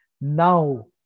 now